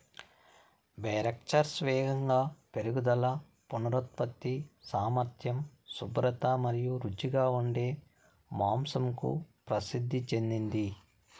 Berkshires వేగంగా పెరుగుదల, పునరుత్పత్తి సామర్థ్యం, శుభ్రత మరియు రుచిగా ఉండే మాంసంకు ప్రసిద్ధి చెందింది